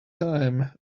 time